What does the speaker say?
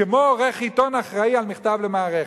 כמו שעורך עיתון אחראי על מכתב למערכת.